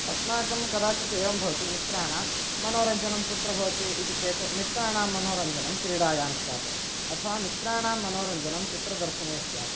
अस्माकं कदाचित् एवं भवति मित्राणां मनोरञ्जनं कुत्र भवति इति चेत् मित्राणां मनोरञ्जनं क्रीडायां स्यात् अथवा मित्राणां मनोरञ्जनं चित्रदर्शने स्यात्